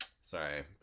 Sorry